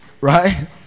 Right